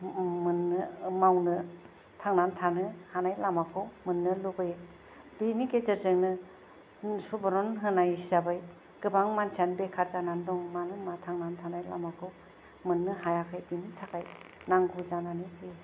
मोननो मावनो थांनानै थानो हानाय लामाखौ मोननो लुबैयो बेनि गेजेरजोंनो सुबुरुन होनाय हिसाबै गोबां मानसियानो बेखार जानानै दं मानो होनोबा थांनानै थानाय लामाखौ मोननो हायाखै बिनि थाखाय नांगौ जानानै फैयो